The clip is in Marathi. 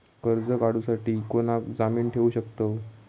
कर्ज काढूसाठी कोणाक जामीन ठेवू शकतव?